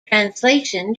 translation